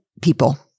people